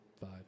five